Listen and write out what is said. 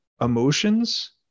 emotions